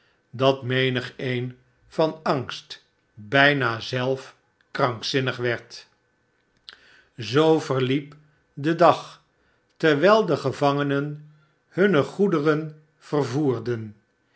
dat menigeen van angst bijna zelf krankzinnig werd zoo verliep de dag terwijl de gevangenen hunne goederen vervoerden